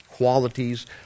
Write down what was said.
qualities